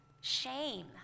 shame